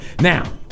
Now